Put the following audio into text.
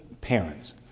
parents